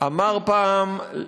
אמר פעם,